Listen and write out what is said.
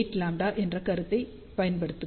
48λ என்ற கருத்தை பயன்படுத்துங்கள்